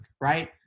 right